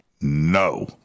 no